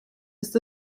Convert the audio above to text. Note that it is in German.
ist